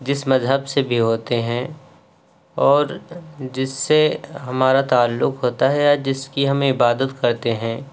جس مذہب سے بھی ہوتے ہیں اور جس سے ہمارا تعلق ہوتا ہے یا جس کی ہم عبادت کرتے ہیں